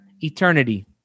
eternity